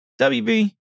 WB